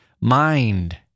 mind